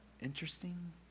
interesting